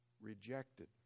rejected